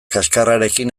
kaxkarrarekin